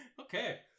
Okay